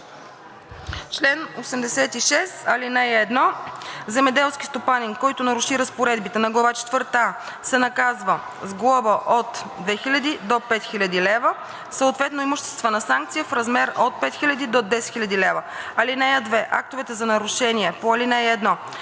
Чл. 86. (1) Земеделски стопанин, който наруши разпоредбите на глава четвърта „а“, се наказва с глоба от 2000 до 5000 лв., съответно имуществена санкция в размер от 5000 до 10 000 лв. (2) Актовете за нарушения по ал. 1